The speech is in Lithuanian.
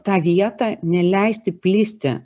tą vietą neleisti plisti